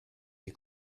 die